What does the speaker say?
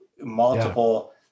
multiple